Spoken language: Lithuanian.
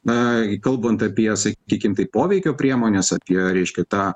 na gi kalbant apie sakykim taip poveikio priemones apie reiškia tą